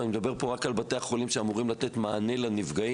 ואני מדבר פה רק על בתי החולים שאמורים לתת מענה לנפגעים,